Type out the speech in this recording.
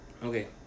Okay